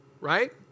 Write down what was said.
right